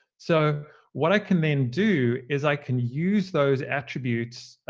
so what i can then do is i can use those attributes